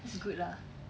it's good lah